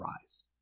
rise